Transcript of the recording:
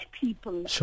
people